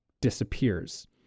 disappears